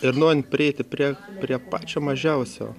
ir norint prieiti prie prie pačio mažiausio